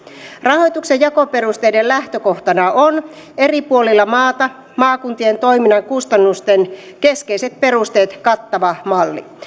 rahoituksen jakoperusteiden lähtökohtana on eri puolilla maata maakuntien toiminnan kustannusten keskeiset perusteet kattava malli